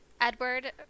Edward